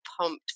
pumped